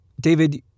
David